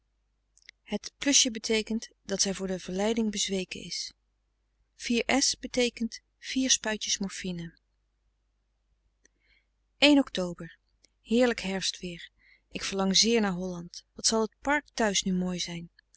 het beteekent dat zij voor de verleiding bezweken is spui morfine october heerlijk herfstweer ik verlang zeer naar holland wat zal t park thuis nu mooi zijn